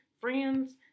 Friends